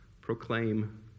proclaim